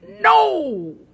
No